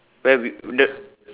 where we the